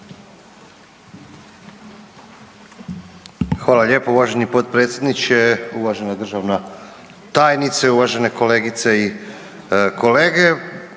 Hvala lijepo uvaženi potpredsjedniče, uvažena državna tajnice, uvažene kolegice i kolege.